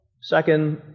Second